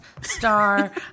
star